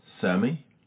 Sammy